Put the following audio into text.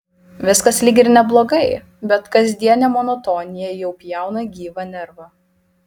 viskas lyg ir neblogai bet kasdienė monotonija jau pjauna gyvą nervą